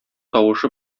тавышы